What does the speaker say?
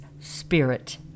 spirit